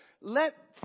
Let